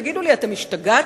תגידו לי, אתם השתגעתם?